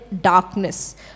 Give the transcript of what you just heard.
darkness